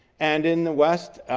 and in the west,